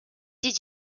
die